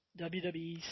WWE